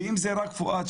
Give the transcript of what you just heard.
ואם זה רק פואד,